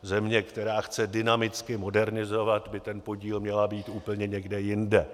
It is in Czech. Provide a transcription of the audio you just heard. Země, která chce dynamicky modernizovat, by ten podíl měla mít úplně někde jinde.